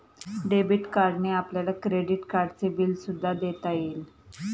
debit कार्डने आपल्याला credit कार्डचे बिल सुद्धा देता येईल